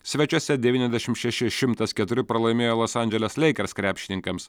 svečiuose devyniasdešimt šeši šimtas keturi pralaimėjo los andželes leikers krepšininkams